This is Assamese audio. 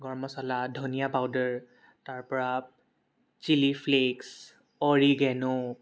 গৰম মচলা ধনিয়া পাউদাৰ তাৰপৰা চিলি ফ্লে'ক্স অৰিগেন'